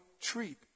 treat